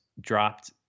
dropped